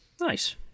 Nice